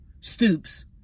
stoops